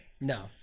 No